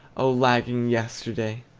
oh, lagging yesterday!